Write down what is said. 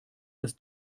das